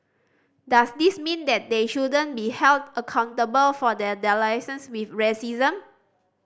does this mean that they shouldn't be held accountable for their dalliances with racism